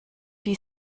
die